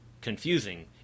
confusing